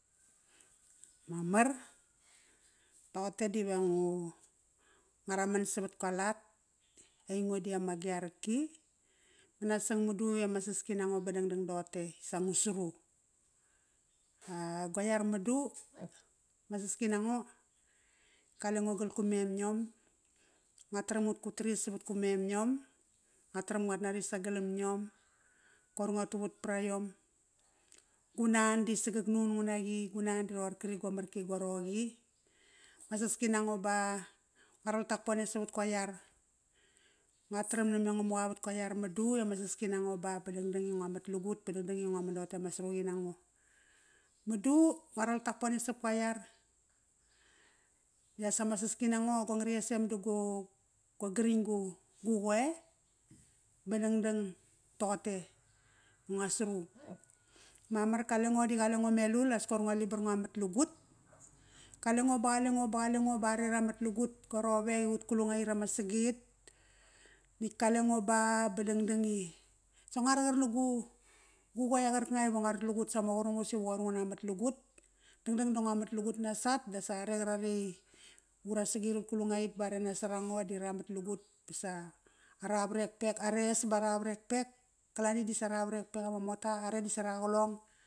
Mamar, toqote dive ngu, nguaraman savat gua lat. Aingo diama agia raki. Manasang madu I ama saski nango ba dangdang toqote isa ngu sru. gua iar madu, ma saski oango, qalengo gal ku mem iom. Ngua taram ngut qutarir savat gu mem iom, ngua taram nguat nari sagalam iom, kor ngua tuvat para iom. Gu nan di sagak nu’un ngu naqi. Gu nan di roqor kri gua marki gua roqi. Ma saski nango ba. Ngua ral Takpone savat gua iar. Ngua taram ama saski nango ba ba, ba dangdang I toqote ama sruqi nango. Madu ngua ral Takpone savat gua iar I as ama saski nango, go ngriktesem da go, go gring gu gu qoe, ba dangdang toqote I nguasru. Mamar qalengo di galengo melul as koir ngua libar ngua mat lagut. Qalengo ba qalengo ba qalengo ba are ra mat laqut gua rowek I ut qulungait ama sagit. Natk qalengo ba, ba dangdang i, sa ngua raqar nagu, gu qoe qarkanga ive ngu rat lagut sama qurungas iva qoir ngu na mat lagut. Dangdang da ngua mat lagut nosat da are qarare I ura sagit ut qulungait da are nasarango di ramat lagut bas a ara varekpek, are’es ba ara varekpek. Qalam disa ara varekpek ama mota. Are disa ara qalong